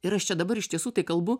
ir aš čia dabar iš tiesų tai kalbu